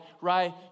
right